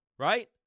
Right